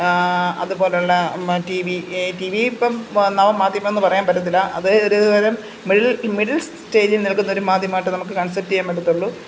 അതുപോലെ ഉള്ള മ് ടി വി ടി വി ഇപ്പം നവ മാധ്യമം എന്ന് പറയാൻ പറ്റില്ല അത് ഒരുതരം മെഴ് മിഡിൽ സ്റ്റേജിൽ നിൽക്കുന്ന ഒരു മാധ്യമം ആയിട്ട് നമുക്ക് കൺസിഡർ ചെയ്യാൻ പറ്റുള്ളൂ